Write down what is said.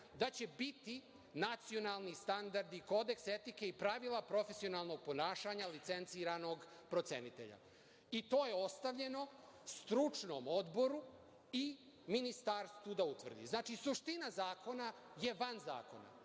da će biti nacionalni standardi, kodeks etike i pravila profesionalnog ponašanja licenciranog procenitelja. To je ostavljeno stručnom odboru i Ministarstvu da utvrdi. Znači, suština zakona je van zakona.